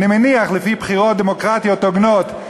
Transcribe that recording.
אני מניח לפי בחירות דמוקרטיות הוגנות,